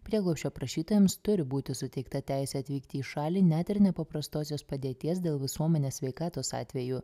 prieglobsčio prašytojams turi būti suteikta teisė atvykti į šalį net ir nepaprastosios padėties dėl visuomenės sveikatos atveju